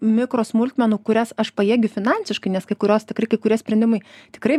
mikro smulkmenų kurias aš pajėgiu finansiškai nes kai kurios tikrai kai kurie sprendimai tikrai